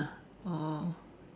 ah orh